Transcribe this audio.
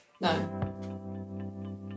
No